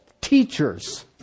teachers